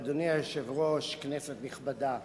אדוני היושב-ראש, כנסת נכבדה,